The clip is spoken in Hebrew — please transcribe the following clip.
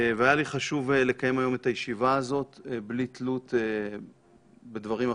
והיה לי חשוב לקיים היום את הישיבה הזאת בלי תלות בדברים אחרים,